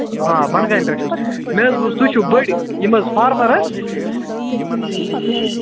آ بونہ گام پیٚٹھ چھُس مےٚ حظ بوٗز تُہۍ چھِو بٔڑۍ یم حظ فارمر حظ